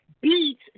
beats